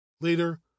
Later